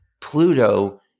Pluto